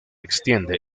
extiende